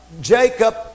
Jacob